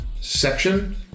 section